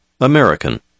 American